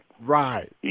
Right